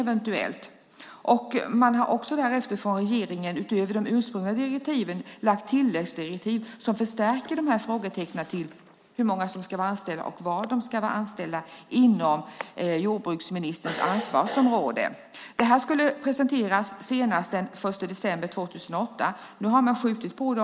Regeringen har också, utöver de ursprungliga direktiven, kommit med tilläggsdirektiv som förstärker frågetecknen kring hur många som ska vara anställda och var de ska vara anställda inom jordbruksministerns ansvarsområde. Detta skulle presenteras senast den 1 december 2008. Nu har man skjutit på det.